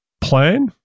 plan